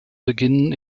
beginn